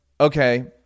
okay